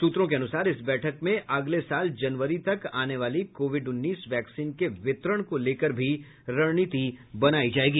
सूत्रों के अनुसार इस बैठक में अगले साल जनवरी तक आने वाली कोविड उन्नीस वैक्सीन के वितरण को लेकर भी रणनीति बनायी जायेगी